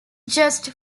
just